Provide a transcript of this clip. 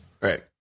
Right